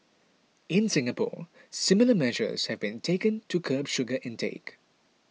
in Singapore similar measures have been taken to curb sugar intake